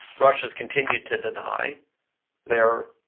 russia has continued to deny they're